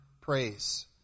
praise